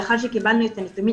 לאחר שקיבלנו את הנתונים,